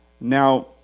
Now